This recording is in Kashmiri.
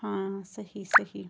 ہاں صحیٖح صحیٖح